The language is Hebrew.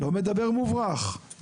לא מדבר על מוברח,